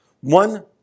One